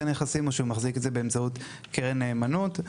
הנכסים או שהוא מחזיק אותם באמצעות קרן נאמנות.